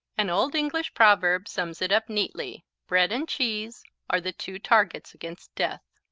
an old english proverb sums it up neatly bread and cheese are the two targets against death.